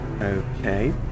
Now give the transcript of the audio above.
Okay